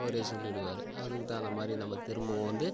அவரே சொல்லிடுவார் அதுக்குத் தகுந்த மாதிரி நம்ப திரும்பவும் வந்து